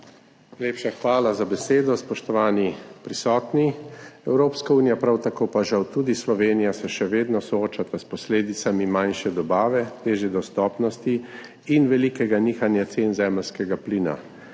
Najlepša hvala za besedo. Spoštovani prisotni! Evropska unija, prav tako pa žal tudi Slovenija, se še vedno sooča s posledicami manjše dobave, težje dostopnosti in velikega nihanja cen zemeljskega plina.